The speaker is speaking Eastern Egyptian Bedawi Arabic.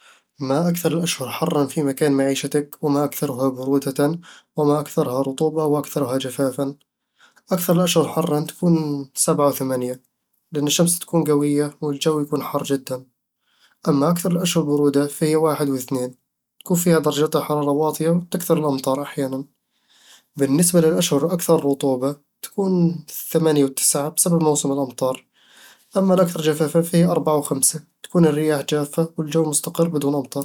ما أكثر الأشهر حرًا في مكان معيشتك، وما أكثرها برودةً، وما أكثرها رطوبة، وأكثرها جفافًا؟ أكثر الأشهر حرًا تكون سبعة ثمانية، لأن الشمس تكون قوية والجو يكون حار جدًا أما أكثر الأشهر برودة فهي واحد وثنين، تكون فيها درجات الحرارة واطية وتكثر الأمطار أحيانًا بالنسبة للأشهر الأكثر رطوبة، تكون ثمانية وتسعة بسبب موسم الأمطار أما الأكثر جفافًا فهي اربعة وخمسة، تكون الرياح جافة والجو مستقر بدون أمطار